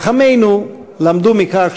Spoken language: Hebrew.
ואנחנו בהחלט מברכים את חבר הכנסת משה